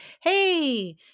hey